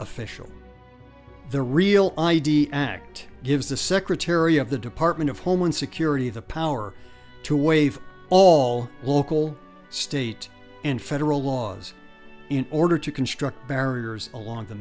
official the real i d act gives the secretary of the department of homeland security the power to waive all local state and federal laws in order to construct barriers along the